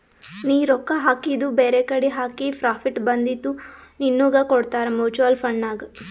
ನೀ ರೊಕ್ಕಾ ಹಾಕಿದು ಬೇರೆಕಡಿ ಹಾಕಿ ಪ್ರಾಫಿಟ್ ಬಂದಿದು ನಿನ್ನುಗ್ ಕೊಡ್ತಾರ ಮೂಚುವಲ್ ಫಂಡ್ ನಾಗ್